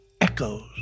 echoes